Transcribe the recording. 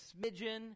smidgen